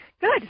Good